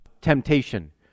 temptation